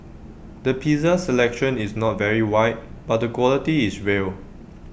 the pizza selection is not very wide but the quality is real